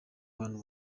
bantu